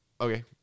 Okay